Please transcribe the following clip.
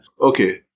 Okay